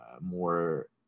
more